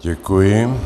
Děkuji.